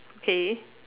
okay